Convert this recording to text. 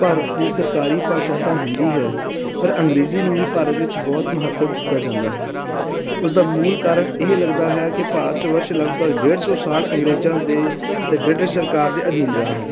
ਭਾਰਤ ਦੀ ਸਰਕਾਰੀ ਭਾਸ਼ਾ ਤਾਂ ਹਿੰਦੀ ਹੈ ਪਰ ਅੰਗਰੇਜ਼ੀ ਨੂੰ ਵੀ ਭਾਰਤ ਵਿੱਚ ਬਹੁਤ ਮਹੱਤਵ ਦਿੱਤਾ ਜਾਂਦਾ ਹੈ ਉਸਦਾ ਮੂਲ ਕਾਰਨ ਇਹ ਲੱਗਦਾ ਹੈ ਕਿ ਭਾਰਤ ਵਰਸ਼ ਲਗਭਗ ਡੇਢ ਸੌ ਸਾਲ ਅੰਗਰੇਜ਼ਾਂ ਦੇ ਅਤੇ ਬ੍ਰਿਟਿਸ਼ ਸਰਕਾਰ ਦੇ ਅਧੀਨ ਰਿਹਾ ਹੈ